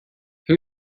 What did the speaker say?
who